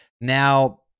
Now